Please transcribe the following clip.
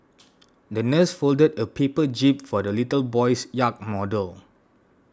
the nurse folded a paper jib for the little boy's yacht model